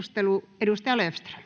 — Edustaja Löfström.